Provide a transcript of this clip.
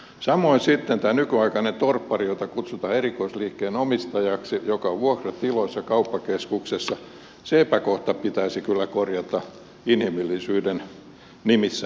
samoin sitten tämä nykyaikainen torppari jota kutsutaan erikoisliikkeen omistajaksi joka on vuokratiloissa kauppakeskuksessa se epäkohta pitäisi kyllä korjata inhimillisyyden nimissä välittömästi